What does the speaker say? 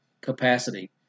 capacity